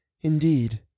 Indeed